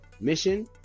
mission